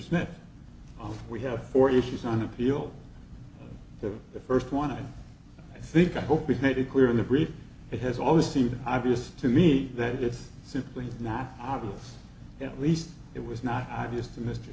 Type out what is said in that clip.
smith we have four issues on appeal to the first one i think i hope it made it clear in the brief it has always seemed obvious to me that it's simply not obvious at least it was not obvious